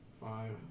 Five